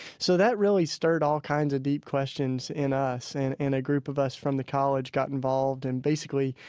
so that really stirred all kinds of deep questions in us. and and a group of us from the college got involved and, basically,